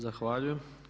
Zahvaljujem.